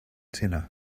dinner